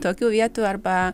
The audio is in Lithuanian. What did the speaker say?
tokių vietų arba